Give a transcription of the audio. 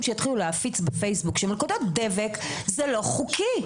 שיתחילו להפיץ בפייסבוק שמלכודות דבק זה לא חוקי,